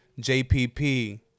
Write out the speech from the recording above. JPP